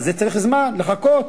אז לזה צריך זמן, לחכות.